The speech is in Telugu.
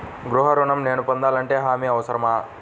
గృహ ఋణం నేను పొందాలంటే హామీ అవసరమా?